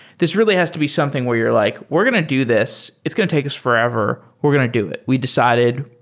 this really has to be something where you're like, we're going to do this. it's going to take us forever. we're going to do it. we decided.